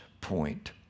point